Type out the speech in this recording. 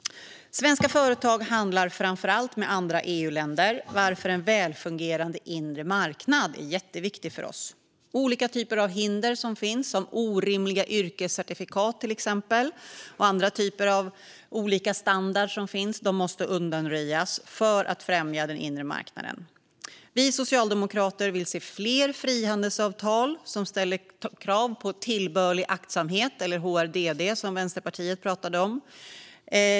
Svenska företag handlar framför allt med andra EU-länder, varför en välfungerande inre marknad är jätteviktig för oss. Olika typer av hinder, till exempel orimliga yrkescertifikat och andra typer av olika standarder som finns, måste undanröjas för att främja den inre marknaden. Vi socialdemokrater vill se fler frihandelsavtal som ställer krav på tillbörlig aktsamhet eller HRDD, som Vänsterpartiet pratade om.